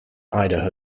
idaho